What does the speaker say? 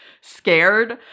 scared